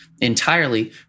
entirely